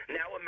now